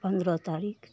पन्द्रह तारीख